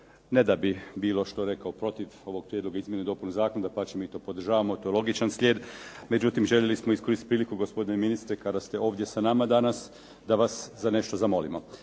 ne da bih bilo što rekao protiv ovog prijedloga izmjena i dopuna zakona, dapače mi to podržavamo, to je logičan slijed. Međutim, željeli smo iskoristiti priliku gospodine ministre kada ste ovdje sa nama danas da vas za nešto zamolimo.